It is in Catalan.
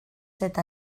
set